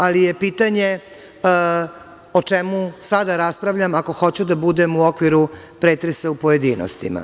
Ali, pitanje je o čemu sada raspravljam, ako hoću da budem u okviru pretresa u pojedinostima?